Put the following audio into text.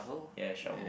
ya shovel